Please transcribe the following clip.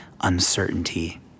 uncertainty